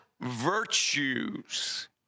virtues